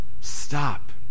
Stop